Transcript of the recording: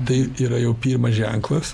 tai yra jau pirmas ženklas